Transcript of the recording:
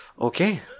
okay